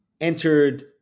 entered